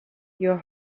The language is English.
your